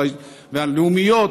והלאומיות.